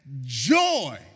joy